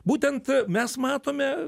būtent mes matome